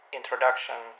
introduction